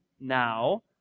now